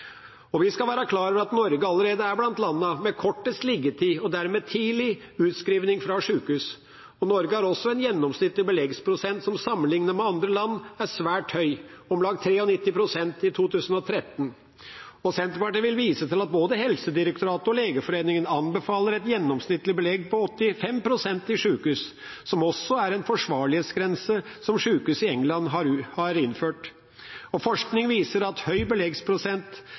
Vi skal være klar over at Norge allerede er blant landene med kortest liggetid og dermed tidlig utskrivning fra sykehus. Norge har også en gjennomsnittlig beleggsprosent som sammenliknet med andre land er svært høy, om lag 93 pst. i 2013. Senterpartiet vil vise til at både Helsedirektoratet og Legeforeningen anbefaler et gjennomsnittlig belegg på 85 pst. i sykehus, som også er en forsvarlighetsgrense sykehus i England har innført. Forskning viser at høy beleggsprosent,